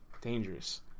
Dangerous